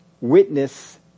Witness